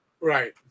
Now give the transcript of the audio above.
Right